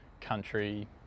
country